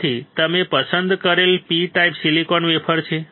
તેથી તમે પસંદ કરેલ P ટાઇપ સિલિકોન વેફર છે